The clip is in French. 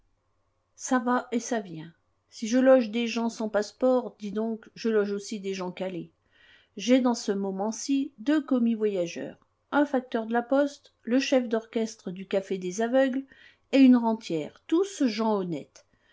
ça va et ça vient si je loge des gens sans passeport dis donc je loge aussi des gens calés j'ai dans ce moment-ci deux commis voyageurs un facteur de la poste le chef d'orchestre du café des aveugles et une rentière tous gens honnêtes